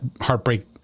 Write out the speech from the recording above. heartbreak